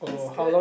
it's good